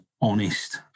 honest